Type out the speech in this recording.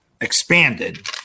expanded